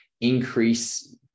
increase